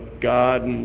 God